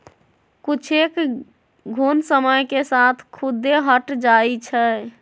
कुछेक घुण समय के साथ खुद्दे हट जाई छई